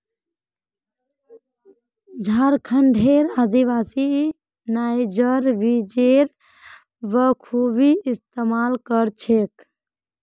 झारखंडेर आदिवासी नाइजर बीजेर बखूबी इस्तमाल कर छेक